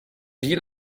wie